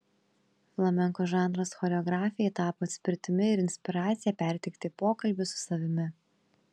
flamenko žanras choreografei tapo atspirtimi ir inspiracija perteikti pokalbius su savimi